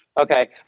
Okay